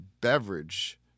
beverage